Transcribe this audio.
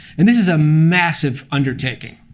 and this is a massive undertaking